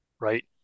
right